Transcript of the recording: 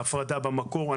בהפרדה במקור,